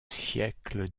siècle